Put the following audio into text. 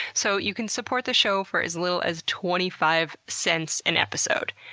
so you can support the show for as little as twenty five cents an episode.